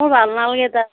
মোৰ ভাল নালাগে তাক